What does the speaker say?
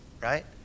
right